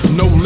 no